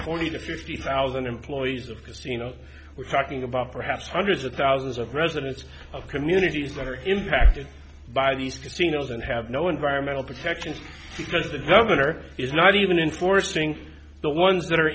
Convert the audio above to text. forty to fifty thousand employees of casino we're talking about perhaps hundreds of thousands of residents of communities that are impacted by these casinos and have no environmental protection because the governor is not even enforcing the ones that are